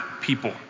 people